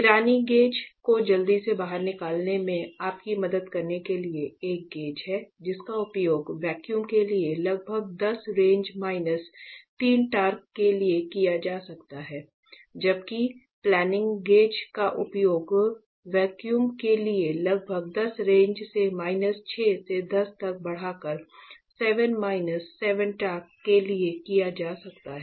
Pirani gauge को जल्दी से बाहर निकालने में आपकी मदद करने के लिए एक गेज है जिसका उपयोग वैक्यूम के लिए लगभग 10 रेज़ माइनस 3 टॉर्क के लिए किया जा सकता है जबकि प्लानिंग गेज का उपयोग वैक्यूम के लिए लगभग 10 रेज़ से माइनस 6 से 10 तक बढ़ाकर 7 माइनस 7 टॉर्क के लिए किया जा सकता है